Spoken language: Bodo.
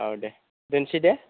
औ दे दोनसै दे